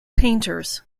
painters